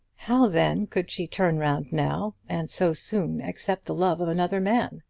how then could she turn round now, and so soon accept the love of another man?